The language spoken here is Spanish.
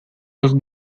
los